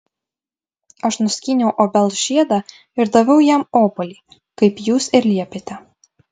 aš nuskyniau obels žiedą ir daviau jam obuolį kaip jūs ir liepėte